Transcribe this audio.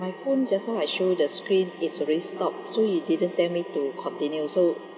my phone just now I show you the screen it's already stopped so it didn't tell me to continue so